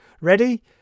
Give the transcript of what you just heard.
ready